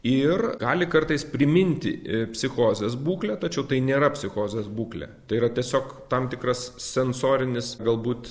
ir gali kartais priminti psichozės būklę tačiau tai nėra psichozės būklė tai yra tiesiog tam tikras sensorinis galbūt